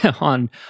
on